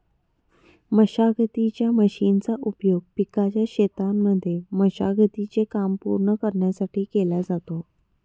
मशागतीच्या मशीनचा उपयोग पिकाच्या शेतांमध्ये मशागती चे काम पूर्ण करण्यासाठी केला जातो